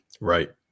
Right